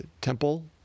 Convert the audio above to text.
temple